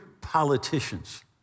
politicians